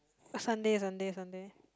Sunday Sunday Sunday